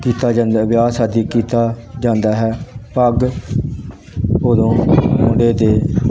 ਕੀਤਾ ਜਾਂਦਾ ਵਿਆਹ ਸ਼ਾਦੀ ਕੀਤਾ ਜਾਂਦਾ ਹੈ ਪੱਗ ਉਦੋਂ ਮੁੰਡੇ ਦੇ